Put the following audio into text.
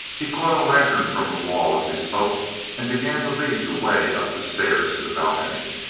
he caught a lantern from the wall as he spoke and began to lead the way up the stairs to the balcony.